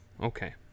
okay